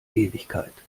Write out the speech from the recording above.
ewigkeit